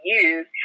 use